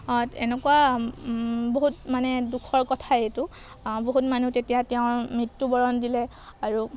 এনেকুৱা বহুত মানে দুখৰ কথাই এইটো বহুত মানুহ তেতিয়া তেওঁৰ মৃত্যুবৰণ দিলে আৰু